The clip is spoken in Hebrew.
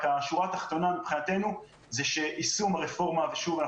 השורה התחתונה מבחינתנו היא שיישום הרפורמה ושוב,